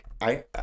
I-